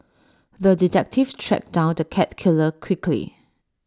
the detective tracked down the cat killer quickly